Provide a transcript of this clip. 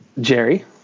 Jerry